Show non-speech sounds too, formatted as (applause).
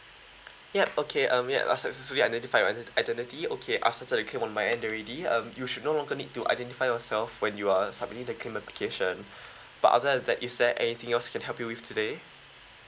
yup okay um yup I've successfully identified your iden~ identity okay I've settled the claim on my end already um you should no longer need to identify yourself when you are submitting the claim application (breath) but other than that is there anything else we can help you with today